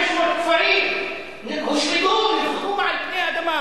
500 כפרים הושמדו ונמחקו מעל פני האדמה,